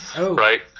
right